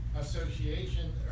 association